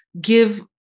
give